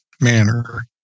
manner